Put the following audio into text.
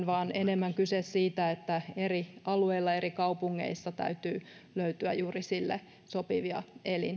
vaan enemmän kyse on siitä että eri alueilla eri kaupungeissa täytyy löytyä juuri niille sopivia